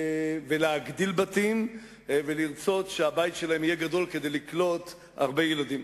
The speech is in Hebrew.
להגדיל בתים ולרצות שהבית שלהם יהיה גדול כדי לקלוט הרבה ילדים.